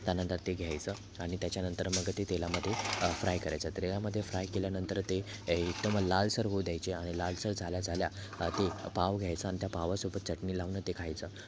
त्यानंतर ते घ्यायचं आणि त्याच्यानंतर मग ते तेलामध्ये फ्राय करायचं तेलामध्ये फ्राय केल्यानंतर ते एकदम लालसर होऊ द्यायचे आणि लालसर झाल्या झाल्या ते पाव घ्यायचा आणि त्या पावासोबत चटणी लाऊन ते खायचं